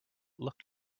looked